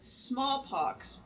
smallpox